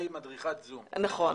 טוב.